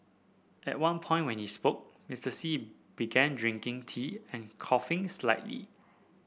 at one point when he spoke Mister Xi began drinking tea and coughing slightly